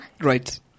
Right